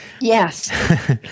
Yes